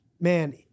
man